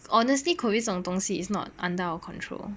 honestly COVID 这种东西 is not under our control